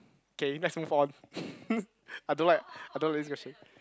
okay next move on I don't like I don't like this question